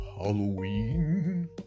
Halloween